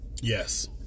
yes